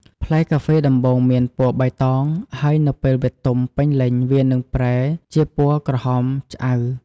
ផ្លែកាហ្វេដំបូងមានពណ៌បៃតង ហើយនៅពេលវាទុំពេញលេញវានឹងប្រែជាពណ៌ក្រហមឆ្អៅ។